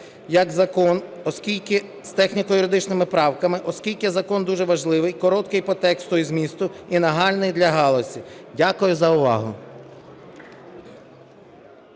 як закону з техніко-юридичними правками, оскільки закон дуже важливий, короткий по тексту і змісту і нагальний для галузі. Дякую за увагу.